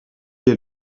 est